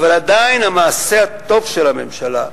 אבל עדיין המעשה הטוב של הממשלה,